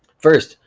first,